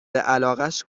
علاقش